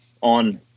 on